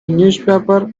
newspaper